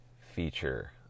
feature